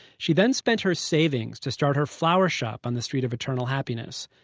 she then spent her savings to start her flower shop on the street of eternal happiness.